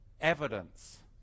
evidence